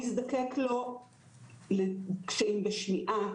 הוא יזדקק לו לקשיים בשמיעה,